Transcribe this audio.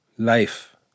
Life